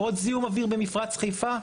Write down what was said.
עוד זיהום אוויר במפרץ חיפה?